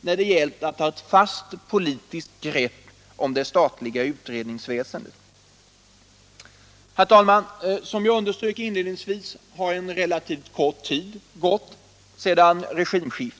när det gällt att ta ett fast politiskt grepp om det statliga utredningsväsendet. Herr talman! Som jag underströk inledningsvis har en relativt kort tid gått sedan regimskiftet.